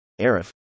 Arif